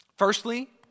Firstly